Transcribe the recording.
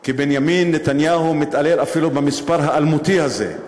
כי בנימין נתניהו מתעלל אפילו במספר האלמותי הזה,